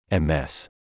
MS